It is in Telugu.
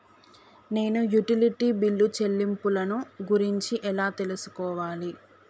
నేను యుటిలిటీ బిల్లు చెల్లింపులను గురించి ఎలా తెలుసుకోవాలి?